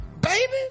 baby